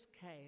came